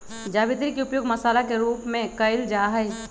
जावित्री के उपयोग मसाला के रूप में कइल जाहई